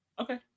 Okay